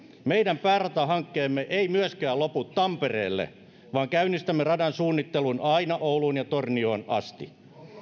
meidän pääratahankkeemme ei myöskään lopu tampereelle vaan käynnistämme radan suunnittelun aina ouluun ja tornioon asti